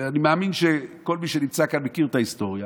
אני מאמין שכל מי שנמצא כאן מכיר את ההיסטוריה,